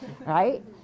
right